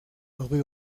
rue